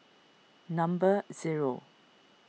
number zero